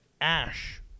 Ash